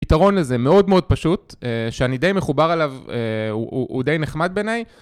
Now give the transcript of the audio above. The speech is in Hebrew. יתרון לזה מאוד מאוד פשוט שאני די מחובר עליו הוא די נחמד בעיניי